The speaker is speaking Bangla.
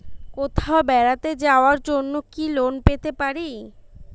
কোথাও বেড়াতে যাওয়ার জন্য কি লোন পেতে পারি?